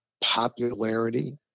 popularity